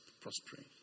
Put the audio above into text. prospering